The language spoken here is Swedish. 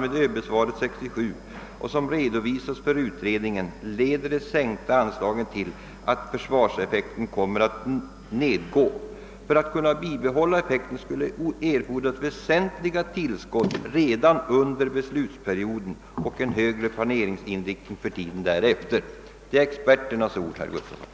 med ÖB-svaret 1967 och som redovisats för utredningen leder de sänkta anslagen till, att försvarseffekten kommer att nedgå. För att kunna bibehålla effekten skulle erfordras väsentliga tillskott redan under beslutsperioden och en högre planeringsinriktning för tiden därefter.> Det är experternas ord, herr Gustafsson!